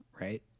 Right